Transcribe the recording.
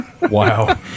Wow